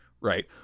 right